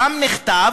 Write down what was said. שם נכתב